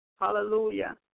Hallelujah